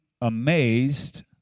amazed